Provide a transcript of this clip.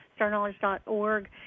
StarKnowledge.org